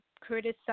criticize